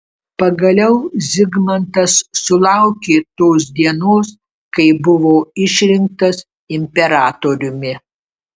pagaliau zigmantas sulaukė tos dienos kai buvo išrinktas imperatoriumi